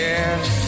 Yes